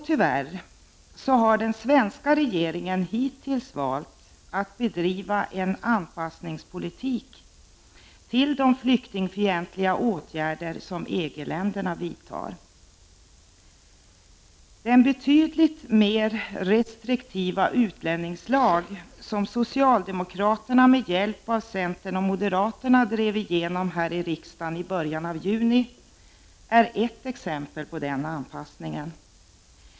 Tyvärr har den svenska regeringen hittills valt att bedriva en anpassningspolitik med avseende på de flyktingfientliga åtgärder som EG-länderna vidtar. Den betydligt mer restriktiva utlänningslag som socialdemokraterna med hjälp av centern och moderaterna drev igenom här i riksdagen i början av juni är ett exempel på den anpassningen.